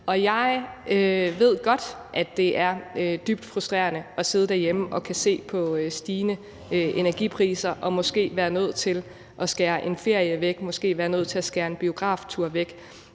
Og jeg ved godt, at det er dybt frustrerende at sidde derhjemme og kunne se på stigende energipriser og måske være nødt til at skære en ferie væk, måske være nødt til at skære en biograftur væk.